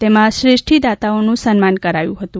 તેમજ શ્રેષ્ઠી દાતાઓનું સન્માન કરાયું હતું